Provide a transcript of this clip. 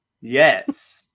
Yes